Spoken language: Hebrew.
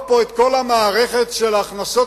יושב פה יושב-ראש הסוכנות דאז, חבר הכנסת